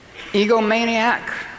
egomaniac